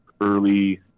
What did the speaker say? early